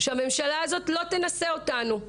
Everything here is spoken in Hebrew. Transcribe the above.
שהממשלה הזאת לא תנסה אותנו,